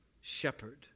shepherd